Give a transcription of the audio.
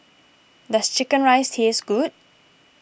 does Chicken Rice taste good